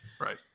Right